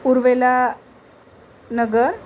Uruvela Nagar